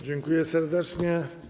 Dziękuję serdecznie.